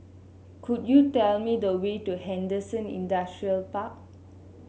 could you tell me the way to Henderson Industrial Park